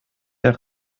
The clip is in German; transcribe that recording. der